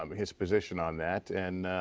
um his position on that. and,